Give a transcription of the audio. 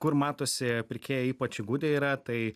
kur matosi pirkėjai ypač įgudę yra tai